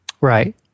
Right